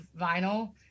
vinyl